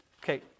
Okay